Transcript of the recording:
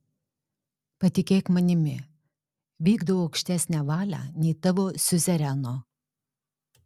patikėk manimi vykdau aukštesnę valią nei tavo siuzereno